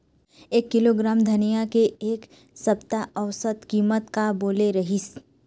एक किलोग्राम धनिया के एक सप्ता औसत कीमत का बोले रीहिस?